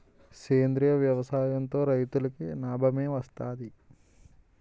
సేంద్రీయ వ్యవసాయం తో రైతులకి నాబమే వస్తది